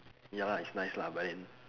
ya lah it's nice lah but then